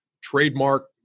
trademark